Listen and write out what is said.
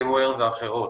וימוואר ואחרות.